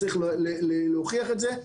צריך להוכיח את זה,